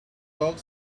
dog